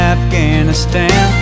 Afghanistan